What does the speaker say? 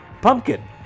Pumpkin